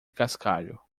cascalho